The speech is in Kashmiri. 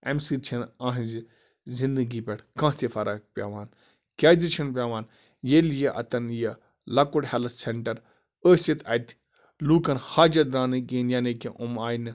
اَمہِ سۭتۍ چھَنہٕ یِہنٛزِ زِندگی پٮ۪ٹھ کانٛہہ تہِ فَرَق پٮ۪وان کیٛازِ چھِنہٕ پٮ۪وان ییٚلہِ یہِ اَتٮ۪ن یہِ لۄکُٹ ہٮ۪لٕتھ سٮ۪نٛٹَر ٲسِتھ اَتہِ لوٗکَن حاجت درٛاو نہٕ کِہیٖنۍ یعنی کہِ یِم آیہِ نہٕ